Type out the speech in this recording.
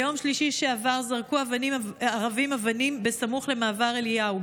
ביום שלישי שעבר ערבים זרקו אבנים סמוך למעבר אליהו.